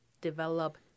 develop